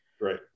Right